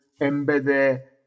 embed